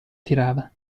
tirava